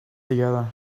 together